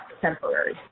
temporary